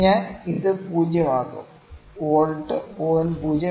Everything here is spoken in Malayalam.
ഞാൻ ഇത് 0 ആക്കും വോൾട്ട് 0